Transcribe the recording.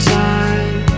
time